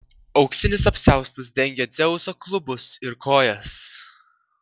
auksinis apsiaustas dengė dzeuso klubus ir kojas